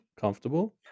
comfortable